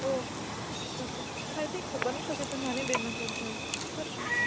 okay okay હા ઠીક છે બની શકે તો નાની બેનનું થોડું જલ્દી કરશું